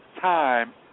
time